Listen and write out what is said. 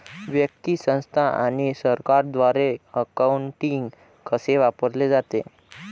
व्यक्ती, संस्था आणि सरकारद्वारे अकाउंटिंग कसे वापरले जाते